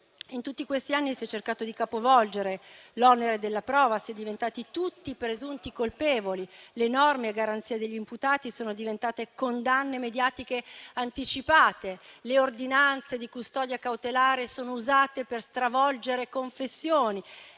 In tutti questi anni si è cercato di capovolgere l'onere della prova, si è diventati tutti presunti colpevoli. Le norme a garanzia degli imputati sono diventate condanne mediatiche anticipate. Le ordinanze di custodia cautelare sono usate per stravolgere confessioni